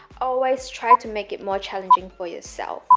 always try to make it more challenging for yourself